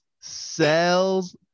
cells